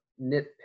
nitpick